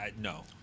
no